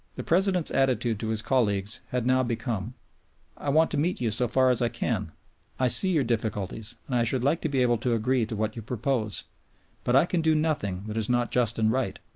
the president's attitude to his colleagues had now become i want to meet you so far as i can i see your difficulties and i should like to be able to agree to what you propose but i can do nothing that is not just and right,